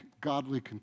godly